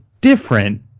different